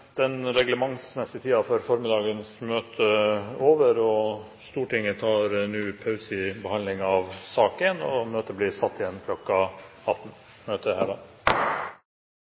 Den reglementsmessige tiden for formiddagens møte er omme. Stortinget tar nå pause i behandlingen av sak nr. 1. Møtet blir satt igjen kl. 18. Møtet